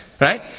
Right